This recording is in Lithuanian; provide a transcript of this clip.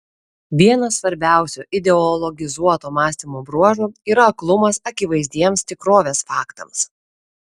vienas svarbiausių ideologizuoto mąstymo bruožų yra aklumas akivaizdiems tikrovės faktams